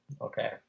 Okay